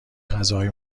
غذاهای